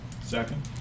Second